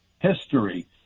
history